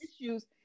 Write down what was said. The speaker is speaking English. issues